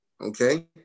okay